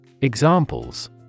Examples